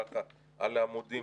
ככה על עמודים,